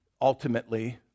ultimately